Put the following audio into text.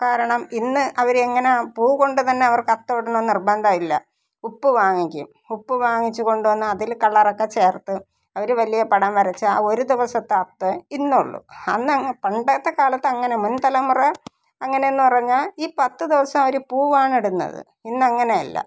കാരണം ഇന്ന് അവർ എങ്ങനെ പൂകൊണ്ട് തന്നെ അവർക്ക് അത്തം ഇടണം എന്ന് നിർബന്ധമില്ല ഉപ്പ് വാങ്ങിയ്ക്കും ഉപ്പ് വാങ്ങിച്ചു കൊണ്ടു വന്ന് അതിൽ കളറൊക്കെ ചേർത്ത് അവർ വലിയ പടം വരച്ച് ആ ഒരു ദിവസത്തെ അത്തമേ ഇന്നുള്ളു അന്നങ് പണ്ടത്തെ കാലത്ത് അങ്ങനെ മുൻതലമുറ എങ്ങനയെന്ന് പറഞ്ഞാൽ ഈ പത്ത് ദിവസം അവർ പൂവാണിടുന്നത് ഇന്നങ്ങനെ അല്ല